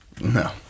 No